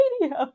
radio